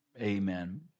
Amen